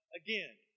again